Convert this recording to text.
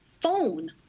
phone